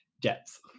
depth